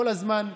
כל הזמן,